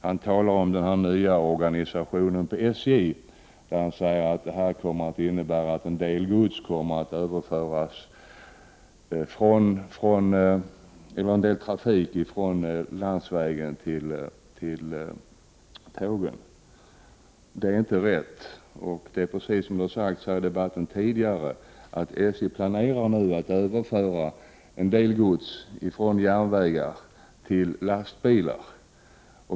Han talar om den nya organisationen inom SJ, som skulle innebära att en del av godstrafiken förs över från landsvägar till tågen. Det är inte rätt. Precis som sagts tidigare i debatten planerar SJ att föra över en del av godstrafiken från järnvägar till lastbilar.